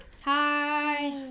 Hi